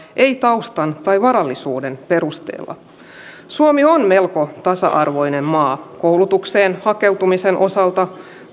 ei taustan tai varallisuuden perusteella suomi on melko tasa arvoinen maa koulutukseen hakeutumisen osalta